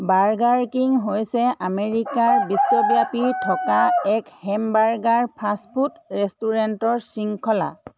burger King হৈছে আমেৰিকাৰ বিশ্বব্যাপী থকা এক হেমবাৰ্গাৰ ফাষ্ট ফুড ৰেষ্টুৰেণ্টৰ শৃংখলা